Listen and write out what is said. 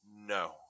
No